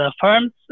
firms